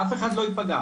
אף אחד לא ייפגע,